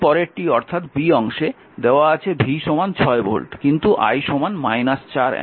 এখন এর পরেরটি অর্থাৎ অংশে দেওয়া আছে V 6 ভোল্ট কিন্তু I 4 অ্যাম্পিয়ার